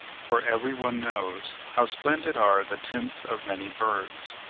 for every one knows how splendid are the tints of many birds,